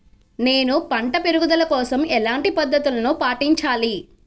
నేను పంట పెరుగుదల కోసం ఎలాంటి పద్దతులను పాటించాలి?